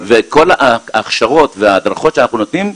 וכל ההכשרות וההדרכות שאנחנו נותנים,